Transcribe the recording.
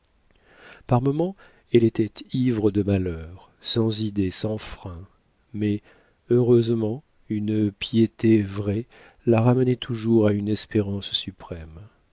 par moments elle était ivre de malheur sans idée sans frein mais heureusement une piété vraie la ramenait toujours à une espérance suprême